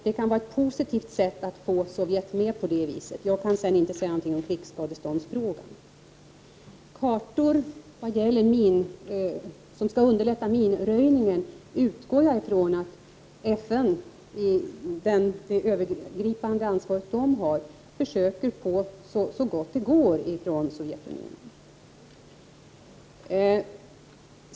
Det kan vara ett positivt sätt att få Sovjet med. Sedan kan jag inte säga någonting om krigsskadeståndsfrågan. Jag utgår från att FN inom ramen för sitt övergripande ansvar försöker så gott det går att få kartor från Sovjet som skall underlätta minröjningen.